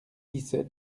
dix